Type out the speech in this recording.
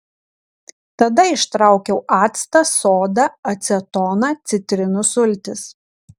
tada ištraukiau actą sodą acetoną citrinų sultis